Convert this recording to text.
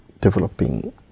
developing